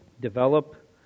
develop